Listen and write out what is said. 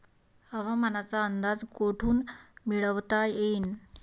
हवामानाचा अंदाज कोठून मिळवता येईन?